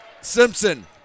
Simpson